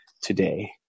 today